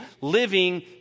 living